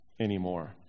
anymore